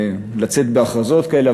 לצאת בהכרזות כאלה.